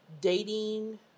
dating